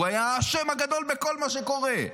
הוא היה האשם הגדול בכל מה שקורה.